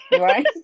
right